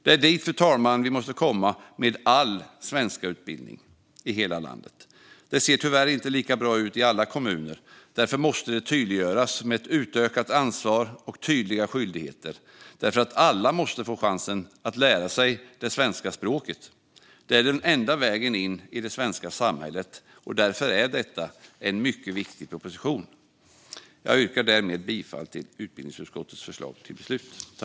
Det är dit, fru talman, vi måste komma med all svenskutbildning i hela landet. Det ser tyvärr inte lika bra ut i alla kommuner, och därför måste det hela tydliggöras med utökat ansvar och tydliga skyldigheter. Alla måste få chansen att lära sig det svenska språket; det är den enda vägen in i det svenska samhället. Därför är detta en mycket viktig proposition. Jag yrkar därmed bifall till utbildningsutskottets förslag till beslut.